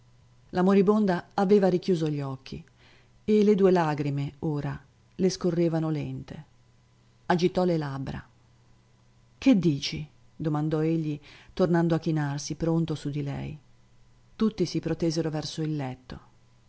la moribonda aveva richiuso gli occhi e le due lagrime ora le scorrevano lente agitò le labbra che dici domandò egli tornando a chinarsi pronto su lei tutti si protesero verso il letto